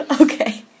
Okay